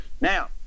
Now